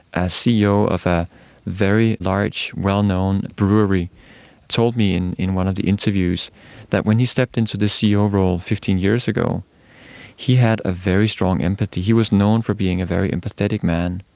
a ceo of a very large well-known brewery told me in in one of the interviews that when he stepped into the ceo role fifteen years ago he had a very strong empathy, he was known for being a very empathetic man.